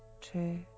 two